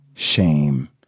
shame